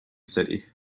city